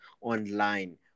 online